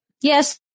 Yes